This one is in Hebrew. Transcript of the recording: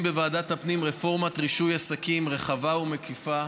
בוועדת הפנים רפורמת רישוי עסקים רחבה ומקיפה,